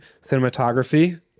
Cinematography